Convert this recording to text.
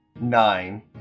nine